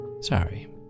Sorry